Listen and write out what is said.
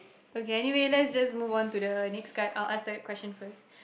okay anyway let's just move on to the next guide I'll ask that question first